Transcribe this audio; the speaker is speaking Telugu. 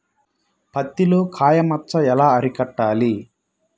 పత్తిలో కాయ మచ్చ ఎలా అరికట్టాలి?